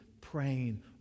praying